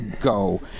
go